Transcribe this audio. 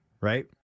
right